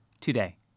today